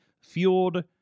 fueled